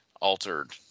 altered